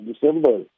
December